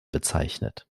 bezeichnet